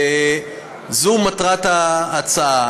וזו מטרת ההצעה.